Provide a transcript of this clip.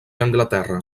anglaterra